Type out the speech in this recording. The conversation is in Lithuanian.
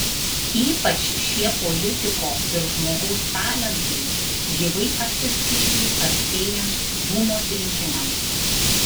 ypač šie politiko ir žmogaus talentai gyvai atsiskleidė artėjant dūmos rinkimams